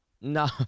No